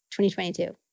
2022